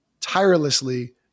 tirelessly